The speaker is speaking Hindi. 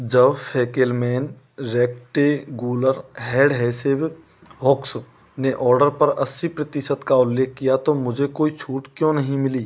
जब फै़केलमैन रैक्टेगुलर हेडहेसिव हुक्स ने ऑर्डर पर अस्सी प्रतिशत का उल्लेख किया तो मुझे कोई छूट क्यों नहीं मिली